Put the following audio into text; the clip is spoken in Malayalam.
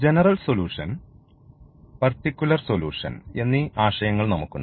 ജനറൽ സൊല്യൂഷൻ പർട്ടിക്കുലർ സൊല്യൂഷൻ എന്നീ ആശയങ്ങൾ നമുക്കുണ്ട്